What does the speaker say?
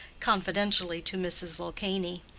confidentially to mrs. vulcany.